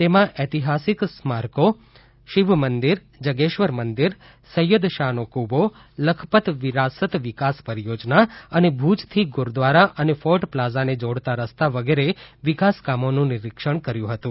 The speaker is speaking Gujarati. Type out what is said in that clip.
તેમાં ઐતિહાસિક સ્મારકો શિવમંદિર જગેશ્વર મંદિર અને સૈયદશાનો ફ્રબો અને લખપત વિરાસત વિકાસ પરિયોજના અને ભુજથી ગુરૂદ્વારા અને ફોર્ટ પ્લાઝાને જોડતા રસ્તા વગેરે વિકાસકામોનું નિરીક્ષણ કર્યું હતું